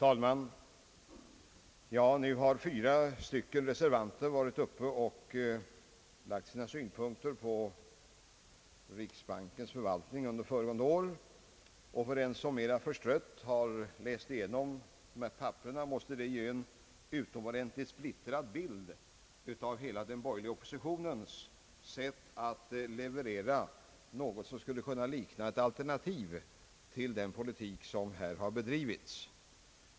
Herr talman! Fyra reservanter har nu varit uppe och framlagt sina synpunkter på riksbankens förvaltning under föregående år. Den som mera förstrött har läst igenom dessa handlingar måste få en utomordentligt splittrad bild av den borgerliga oppositionens sätt att leverera något som skulle likna ett alternativ till den politik som här har bedrivits.